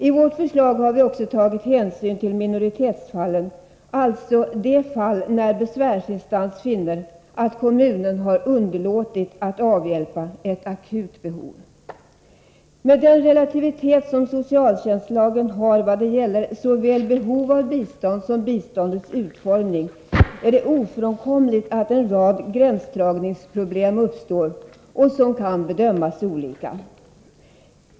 I vårt förslag har vi också tagit hänsyn till minoritetsfallen, alltså de fall när besvärsinstans finner att kommunen har underlåtit att avhjälpa ett akut behov. Med den relativitet som socialtjänstlagen har vad det gäller såväl behov av bistånd som biståndets utformning, är det ofrånkomligt att en rad gränsdragningsproblem uppstår, problem som kan bedömas olika.